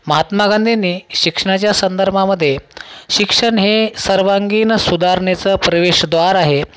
महात्मा गांधीनी शिक्षणाच्या संदर्भामध्ये शिक्षण हे सर्वांगीण सुधारणेचं प्रवेशद्वार आहे